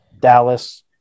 Dallas